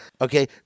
Okay